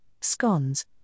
scones